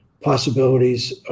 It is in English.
possibilities